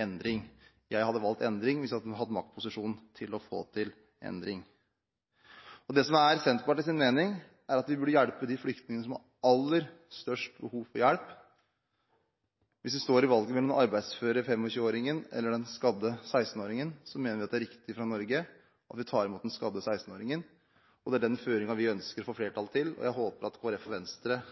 endring. Jeg hadde valgt endring hvis jeg hadde vært i en maktposisjon til å få til endring. Det som er Senterpartiets mening, er at vi bør hjelpe de flyktningene som har aller størst behov for hjelp. Hvis vi står i valget mellom den arbeidsføre 25-åringen og den skadde 16-åringen, mener vi det er riktig at Norge tar imot den skadde 16-åringen. Det er den føringen vi ønsker å få flertall til, så jeg håper at Kristelig Folkeparti og Venstre,